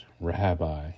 Rabbi